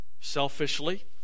selfishly